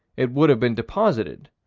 it would have been deposited,